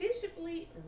visibly